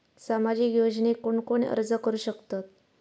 सामाजिक योजनेक कोण कोण अर्ज करू शकतत?